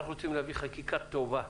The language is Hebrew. אנחנו רוצים להביא חקיקה טובה,